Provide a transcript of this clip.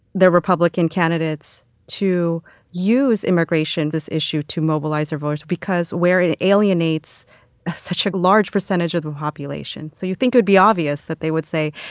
their republican candidates to use immigration, this issue, to mobilize their voters because where it alienates such a large percentage of the population. so you think it would be obvious that they would say,